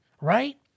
right